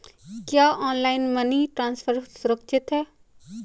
क्या online money transfer सुरक्षित है?